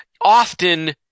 often